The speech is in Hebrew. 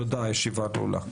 תודה לכולכם, הישיבה נעולה.